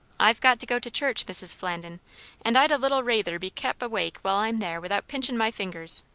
i've got to go to church, mrs. flandin and i'd a little rayther be kep' awake while i'm there without pinching my fingers.